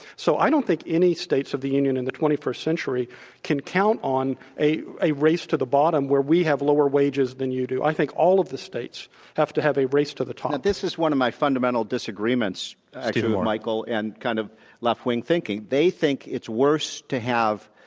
so i don't think any states of the union in the twenty first century can count on a a race to the bottom where we have lower wages than you do. i think all of the states have to have a race to the top. this is one of my fundamental disagreements to michael and that kind of left-wing thinking. they think it's worse to have,